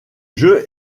jeu